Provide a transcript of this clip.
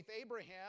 Abraham